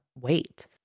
wait